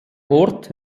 ort